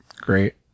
Great